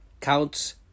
counts